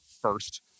first